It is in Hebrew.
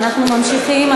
אנחנו ממשיכים.